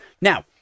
Now